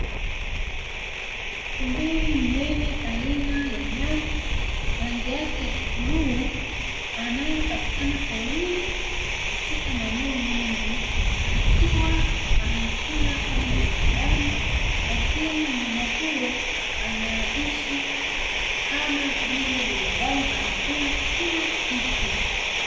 Tumbili mnene aina ya nyani, rangi yake ni bluu anayepatikana porini katika maeno mengi, akiwa ana sura kama ya binadamu. Lakini mnyama huyo anaishi kama vile binadamu, anakula kila kitu.